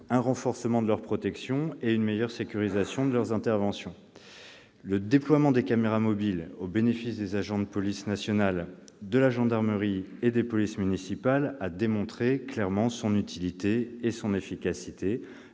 un renforcement de leur protection et une meilleure sécurisation de leurs interventions. Le déploiement des caméras mobiles au bénéfice des agents de la police nationale, de la gendarmerie nationale et des polices municipales a clairement démontré son utilité et son efficacité.